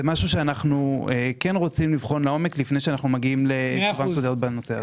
זה משהו שאנו כן רוצים לבחון לעומק לפני שאנו מגיעים להסדר בנושא הזה.